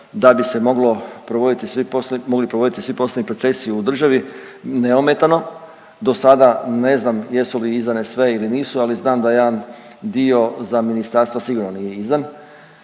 poslo… mogli provoditi svi poslovni procesi u državi neometano. Dosada ne znam jesu li izdane sve ili nisu, ali znam da jedan dio za ministarstva sigurno nije izdan